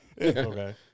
Okay